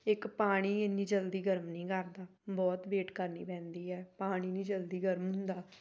ਇੱਕ ਪਾਣੀ ਇੰਨੀ ਜਲਦੀ ਗਰਮ ਨਹੀਂ ਕਰਦਾ ਬਹੁਤ ਵੇਟ ਕਰਨੀ ਪੈਂਦੀ ਹੈ ਪਾਣੀ ਨਹੀਂ ਜਲਦੀ ਗਰਮ ਹੁੰਦਾ